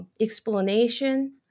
explanation